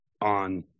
on